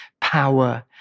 power